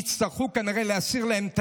יצטרכו כמובן להסיר להם את